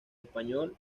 español